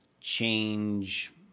change